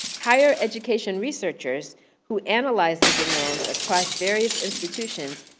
higher education researchers who analyzed the demands across various institutions,